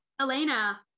Elena